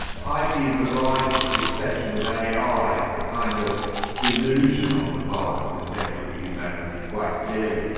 the i view the rise of the obsession with a ah i. as a kind of delusion on the part of contemporary humanity. quite clearly,